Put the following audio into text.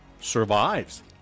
Survives